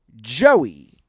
Joey